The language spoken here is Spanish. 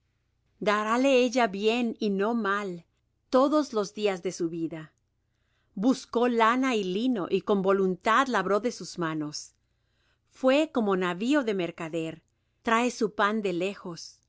darále ella bien y no mal todos los días de su vida buscó lana y lino y con voluntad labró de sus manos fué como navío de mercader trae su pan de lejos